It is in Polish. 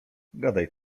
gadaj